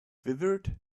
quivered